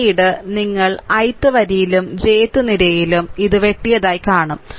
പിന്നീട് നിങ്ങൾ ith വരിയിലും jth നിരയിലും ഇത് വെട്ടിയതായ് കാണും